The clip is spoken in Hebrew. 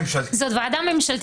זה דוח של ועדה ממשלתית.